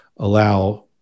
allow